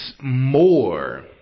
more